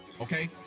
Okay